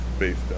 based